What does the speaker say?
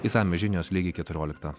išsamios žinios lygiai keturioliktą